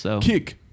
Kick